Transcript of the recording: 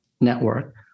network